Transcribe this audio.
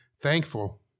thankful